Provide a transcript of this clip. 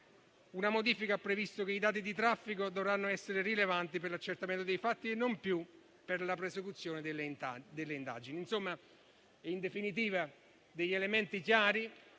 Una modifica ha previsto che i dati di traffico dovranno essere rilevanti «per l'accertamento dei fatti» e non più per la prosecuzione delle indagini. In definitiva, si tratta di elementi chiari,